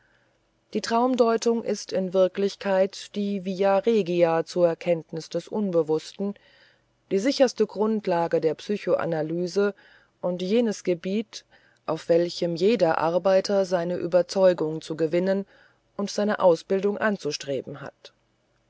die traumdeutung ist in wirklichkeit die via regia zur kenntnis des unbewußten die sicherste grundlage der psychoanalyse und jenes gebiet auf welchem jeder arbeiter seine überzeugung zu gewinnen und seine ausbildung anzustreben hat